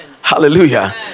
Hallelujah